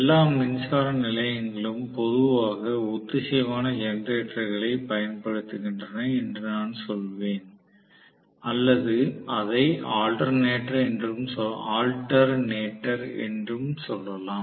எல்லா மின்சார நிலையங்களும் பொதுவாக ஒத்திசைவான ஜெனரேட்டர்களைப் பயன்படுத்துகின்றன என்று நான் சொல்வேன் அல்லது அதை ஆல்டர்நேடர் என்றும் சொல்லலாம்